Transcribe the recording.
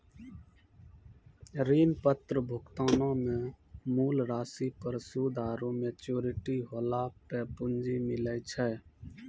ऋण पत्र भुगतानो मे मूल राशि पर सूद आरु मेच्योरिटी होला पे पूंजी मिलै छै